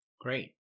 Great